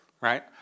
right